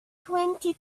twenty